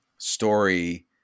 Story